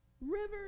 Rivers